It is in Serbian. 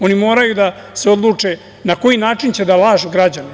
Oni moraju da se odluče na koji način će da lažu građane.